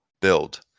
build